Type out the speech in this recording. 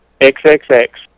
X-X-X